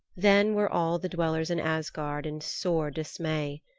then were all the dwellers in asgard in sore dismay.